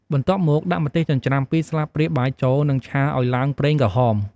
បន្ទាប់មកដាក់ម្ទេសចិញ្ច្រាំ ២ស្លាបព្រាបាយចូល និងឆាឱ្យឡើងប្រេងក្រហម។